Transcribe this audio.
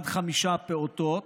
עד חמישה פעוטות.